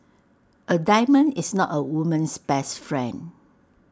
A diamond is not A woman's best friend